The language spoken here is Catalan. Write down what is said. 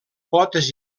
potes